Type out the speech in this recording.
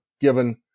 given